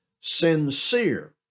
sincere